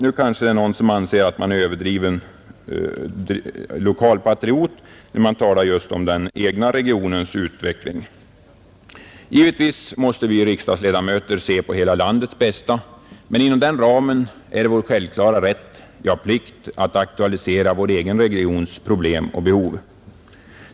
Nu kanske någon anser att man är en överdriven lokalpatriot när man talar just för sin egen regions utveckling. Givetvis måste vi riksdagsledamöter se på hela landets bästa, men inom den ramen är det vår självklara rätt — ja, plikt — att aktualisera vår egen regions problem och behov.